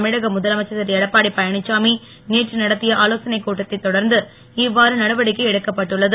தமிழக முதலமைச்சர் திருஎடப்பாடியழனிச்சாமி நேற்று நடத்திய ஆலோசனைக் கூட்டத்தைத் தொடர்ந்து இவ்வாறு நடவடிக்கை எடுக்கப்பட்டுள்ளது